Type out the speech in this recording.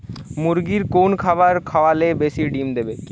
মুরগির কোন খাবার খাওয়ালে বেশি ডিম দেবে?